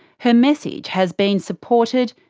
her message has been supported,